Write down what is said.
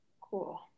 cool